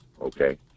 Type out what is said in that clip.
okay